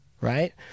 right